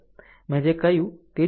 મેં જે કહ્યું તે જ પસાર કરો